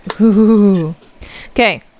Okay